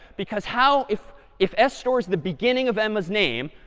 because how if if s stores the beginning of emma's name,